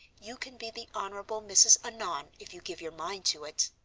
you can be the honorable mrs. annon, if you give your mind to it.